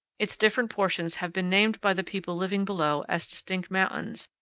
its different portions have been named by the people living below as distinct mountains,